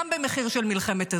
גם במחיר של מלחמת אזרחים.